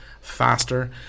faster